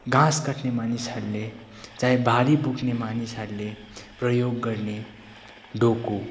घाँस काट्ने मानिसहरूले चाहे भारी बोक्ने मानिसहरूले प्रयोग गर्ने डोको